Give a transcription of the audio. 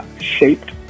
shaped